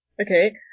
Okay